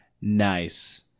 Nice